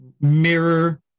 mirror